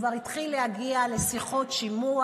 ראשונה להצעת חוק משפחות חיילים שנספו במערכה (תגמולים ושיקום) (תיקון)